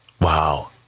Wow